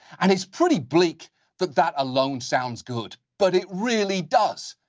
and it's pretty bleak that that alone sounds good, but it really does.